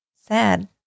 sad